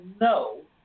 no